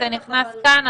זה נכנס כאן.